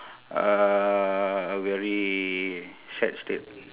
uh a very sad state